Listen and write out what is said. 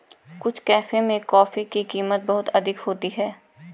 कुछ कैफे में कॉफी की कीमत बहुत अधिक होती है